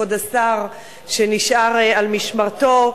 כבוד השר שנשאר על משמרתו,